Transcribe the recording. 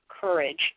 courage